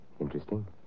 Interesting